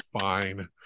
fine